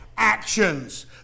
actions